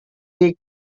dick